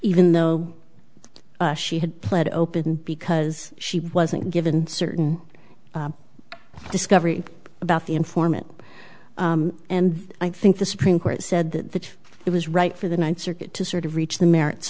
even though she had pled open because she wasn't given certain discovery about the informant and i think the supreme court said that it was right for the ninth circuit to sort of reach the merits